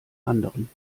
anderen